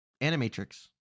Animatrix